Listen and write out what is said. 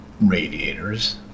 radiators